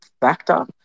factor